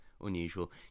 unusual